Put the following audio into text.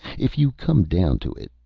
if you come down to it,